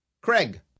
Craig